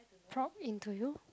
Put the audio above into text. prom into you